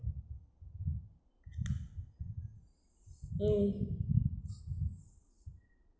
mm